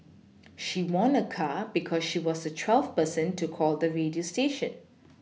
she won a car because she was the twelfth person to call the radio station